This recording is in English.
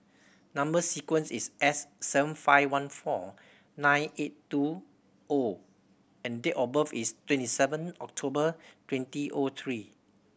number sequence is S seven five one four nine eight two O and date of birth is twenty seven October twenty O three